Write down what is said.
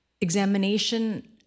examination